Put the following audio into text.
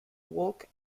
walk